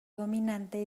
dominante